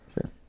sure